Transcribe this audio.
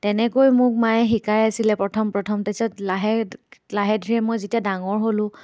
তেনেকৈ মোক মায়ে শিকাই আছিলে প্ৰথম প্ৰথম তাৰপিছত লাহে লাহে ধীৰে মই যেতিয়া ডাঙৰ হ'লোঁ